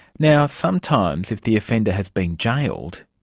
now sometimes, if the offender has been jailed,